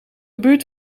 buurt